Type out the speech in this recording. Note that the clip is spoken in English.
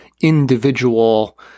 individual